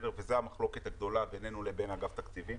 וזו המחלוקת הגדולה בינינו לבין אגף תקציבים.